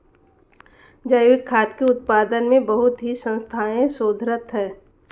जैविक खाद्य के उत्पादन में बहुत ही संस्थाएं शोधरत हैं